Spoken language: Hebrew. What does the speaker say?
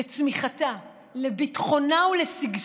לצמיחתה, לביטחונה ולשגשוגה.